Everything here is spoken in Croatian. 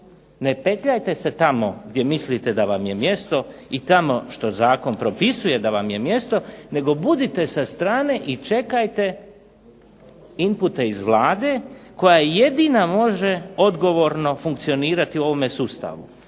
Ne petljajte se tamo gdje mislite da vam je mjesto i tamo što zakon propisuje da vam je mjesto, nego budite sa strane i čekajte impute od Vlade koja jedina može odgovorno funkcionirati u ovome sustavu.